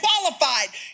qualified